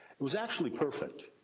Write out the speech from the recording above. it was actually perfect.